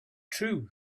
true